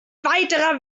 weiterer